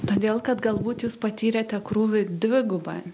todėl kad galbūt jūs patyrėte krūvį dvigubą